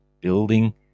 building